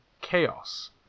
chaos